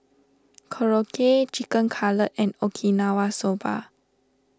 Korokke Chicken Cutlet and Okinawa Soba